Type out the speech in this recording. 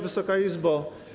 Wysoka Izbo!